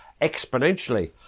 exponentially